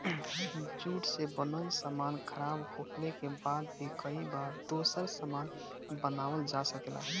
jute से बनल सामान खराब होखले के बाद भी कई बार दोसर सामान बनावल जा सकेला